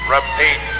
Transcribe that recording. Repeat